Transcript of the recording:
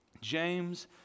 James